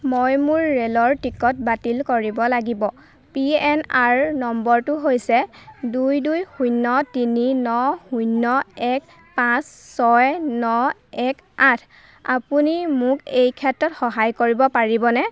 মই মোৰ ৰে'লৰ টিকট বাতিল কৰিব লাগিব পি এন আৰ নম্বৰটো হৈছে দুই দুই শূন্য তিনি ন শূন্য এক পাঁচ ছয় ন এক আঠ আপুনি মোক এই ক্ষেত্ৰত সহায় কৰিব পাৰিবনে